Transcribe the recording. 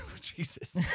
Jesus